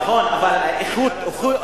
דקה אחת תיתן לי תוספת?) אוקיי.